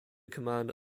command